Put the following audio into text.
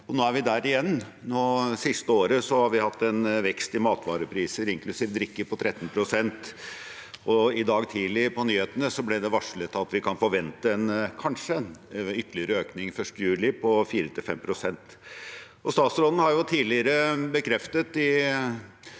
Nå er vi der igjen. Det siste året har vi hatt en vekst i matvarepriser, inklusiv drikke, på 13 pst. I dag tidlig på nyhetene ble det varslet at vi kanskje kan forvente en ytterligere økning fra 1. juli på 4–5 pst. Statsråden har tidligere bekreftet